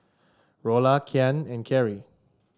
Rolla Kian and Kerrie